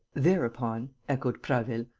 thereupon, echoed prasville,